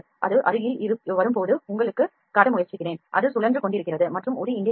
அது அருகில் வரும்போது உங்களுக்குக் காட்ட முயற்சிகிறேன் அது சுழன்று கொண்டிருக்கிறது மற்றும் ஒளி இங்கே இருக்கும்